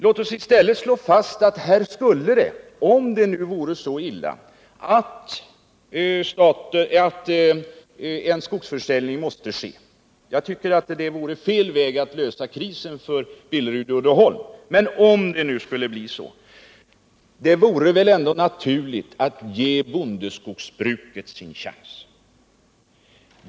Jag tycker att det vore ett felaktigt sätt att lösa krisen för Billerud-Uddeholm, och låt mig slå fast, att här skulle det — om det nu vore så illa att en skogsförsäljning måste ske — vara naturligt att ge bondeskogsbruket sin chans.